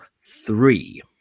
three